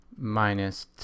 minus